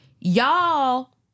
Y'all